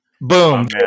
Boom